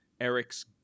eric's